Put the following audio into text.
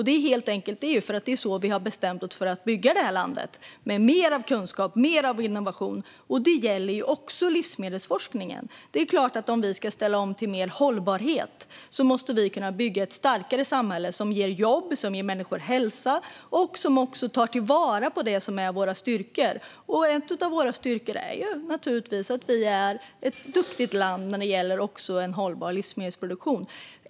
Det är helt enkelt så vi har bestämt oss för att bygga det här landet: mer av kunskap och mer av innovation. Det gäller också livsmedelsforskningen. Det är klart att om vi ska ställa om till mer hållbarhet måste vi kunna bygga ett starkare samhälle som ger jobb, som ger människor hälsa och som tar till vara det som är våra styrkor. En av våra styrkor är naturligtvis att Sverige är ett duktigt land när det gäller hållbar livsmedelsproduktion.